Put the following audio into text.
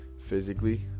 physically